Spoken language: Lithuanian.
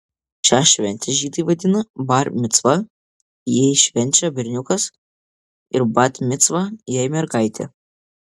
šią šventę žydai vadina bar micva jei švenčia berniukas ir bat micva jei mergaitė